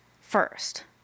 first